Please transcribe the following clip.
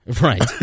right